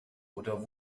oder